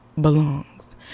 belongs